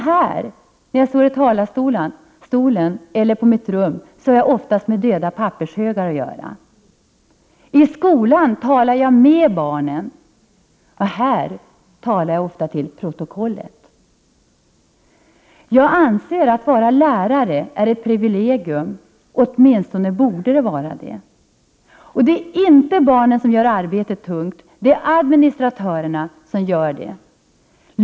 Här, när jag står i talarstolen eller sitter på mitt rum, har jag oftast bara med döda pappershögar att göra. I skolan talar jag med barnen. Här i kammaren talar jag till protokollet. Jag anser det vara ett privilegium att vara lärare, åtminstone borde det vara så. Det är inte barnen som gör arbetet tungt, utan det är administratörerna.